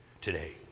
today